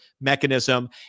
mechanism